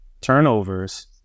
turnovers